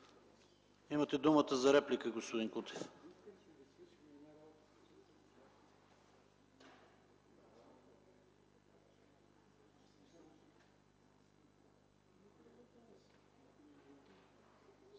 Имате думата за реплика, господин Кутев.